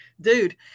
dude